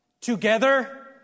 Together